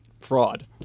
fraud